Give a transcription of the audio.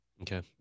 Okay